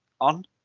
on